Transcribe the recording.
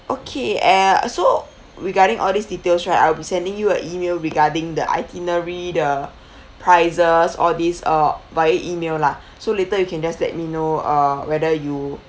okay and uh so regarding all these details right I will be sending you a email regarding the itinerary the prices all this uh via email lah so later you can just let me know uh whether you